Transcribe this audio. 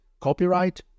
copyright